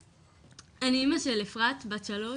אני אמא של אפרת בת שלוש,